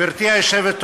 השאלה הזאת תעלה שוב ושוב.